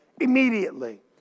Immediately